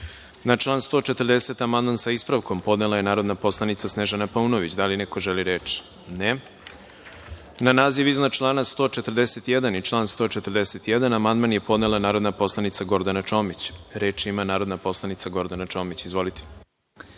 član 140. amandman sa ispravkom podnela je narodna poslanica Snežana Paunović. Da li neko želi reč? Na naziv član 141. i član 141. amandman je podnela narodna poslanica Gordana Čomić. Da li neko želi reč? Reč ima narodna poslanica Gordana Čomić. Izvolite.